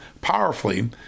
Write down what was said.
powerfully